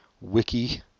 wiki